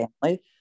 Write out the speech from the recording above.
family